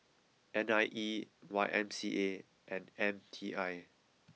N I E Y M C A and M T I